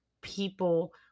people